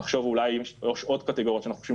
לחשוב אולי אם יש עוד קטגוריות שאנחנו חושבים